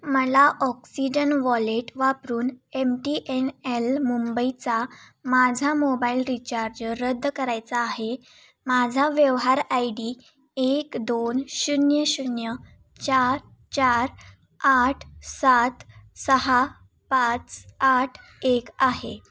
मला Oxygen wallet वापरून M T N L मुंबईचा माझा मोबाईल रिचार्ज रद्द करायचा आहे माझा व्यवहार आय डी एक दोन शून्य शून्य चार चार आठ सात सहा पाच आठ एक आहे